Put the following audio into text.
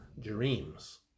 Dreams